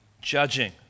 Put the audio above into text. judging